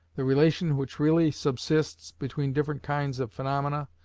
the relation which really subsists between different kinds of phaenomena,